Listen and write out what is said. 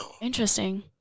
interesting